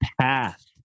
path